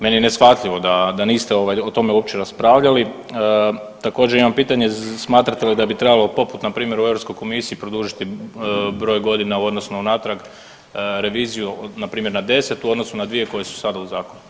Meni je neshvatljivo da niste o tome uopće raspravljali, također, jedno pitanje, smatrate li da bi trebalo poput, npr. u EU komisiji produžiti broj godina u odnosu na unatrag reviziju, npr. na 10, u odnosu na 2 koje su sada u Zakonu?